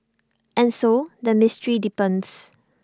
and so the mystery deepens